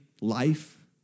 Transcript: life